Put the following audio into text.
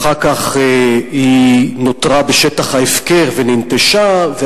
ואחר כך היא נותרה בשטח ההפקר וננטשה,